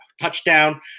touchdown